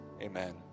amen